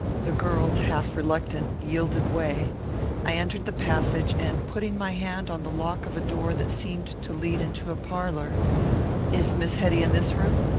the girl, half reluctant, yielded way i entered the passage, and, putting my hand on the lock of a door that seemed to lead into a parlour is miss hetty in this room?